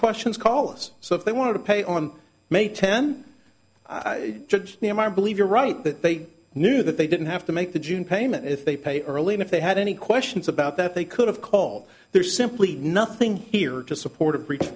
questions call us so if they want to pay on may ten am i believe you're right that they knew that they didn't have to make the june payment if they pay early and if they had any questions about that they could have call there's simply nothing here to support a breach